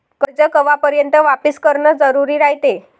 कर्ज कवापर्यंत वापिस करन जरुरी रायते?